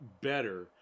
better